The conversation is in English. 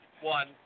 one